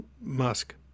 Musk